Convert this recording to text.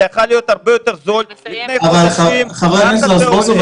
זה היה יכול להיות הרבה יותר זול לפני חודשים --- ח"כ רזבוזוב,